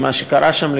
למה שקרה שם,